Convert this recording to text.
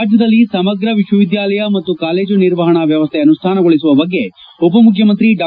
ರಾಜ್ಯದಲ್ಲಿ ಸಮಗ್ರ ವಿಶ್ವವಿದ್ದಾಲಯ ಮತ್ತು ಕಾಲೇಜು ನಿರ್ವಹಣಾ ವ್ಯವಸ್ಥೆ ಅನುಷ್ಠಾನಗೊಳಸುವ ಬಗ್ಗೆ ಉಪ ಮುಖ್ಚಮಂತ್ರಿ ಡಾ